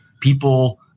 People